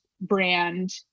brand